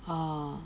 ah